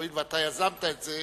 הואיל ואתה יזמת את זה,